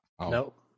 Nope